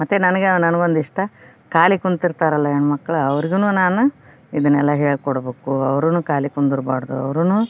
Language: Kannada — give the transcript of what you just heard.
ಮತ್ತು ನನ್ಗ ನನ್ಗೊಂದು ಇಷ್ಟ ಖಾಲಿ ಕುಂತಿರ್ತರಲ್ಲಾ ಹೆಣ್ಮಕ್ಕಳು ಅವರಿಗೂನು ನಾನು ಇದನೆಲ್ಲ ಹೇಳ್ಕೊಡಬೇಕು ಅವರೂನು ಖಾಲಿ ಕುಂದ್ರ್ಬಾರದು ಅವರೂನು